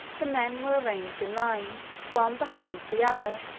the men were arranged in lines, one behind the other,